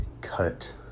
cut